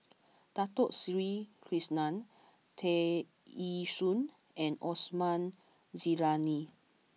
Dato Sri Krishna Tear Ee Soon and Osman Zailani